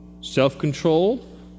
self-controlled